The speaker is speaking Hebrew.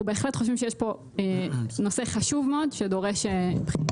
אנחנו בהחלט חושבים שיש פה נושא חשוב מאוד שדורש בחינה.